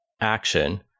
action